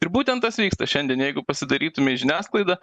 ir būtent tas vyksta šiandien jeigu pasidairytume į žiniasklaidą